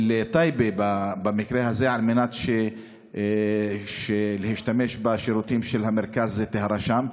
לטייבה במקרה הזה על מנת להשתמש בשירותים של מרכז הטהרה שם.